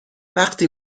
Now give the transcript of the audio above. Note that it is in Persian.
وقتی